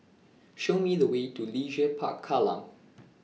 Show Me The Way to Leisure Park Kallang